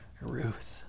Ruth